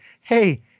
hey